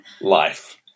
Life